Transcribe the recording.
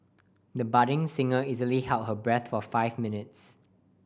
the budding singer easily held her breath for five minutes